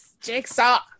Jigsaw